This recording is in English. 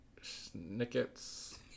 Snicket's